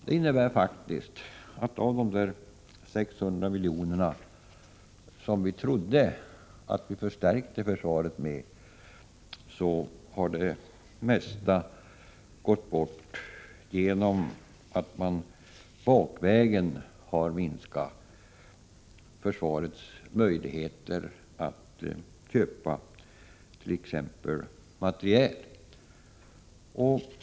Det innebär att av de 600 miljoner som vi trodde att vi förstärkte försvaret med har det mesta gått förlorat genom att man bakvägen minskat försvarets möjligheter att köpa t.ex. materiel.